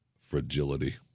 fragility